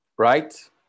Right